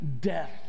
death